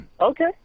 Okay